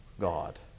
God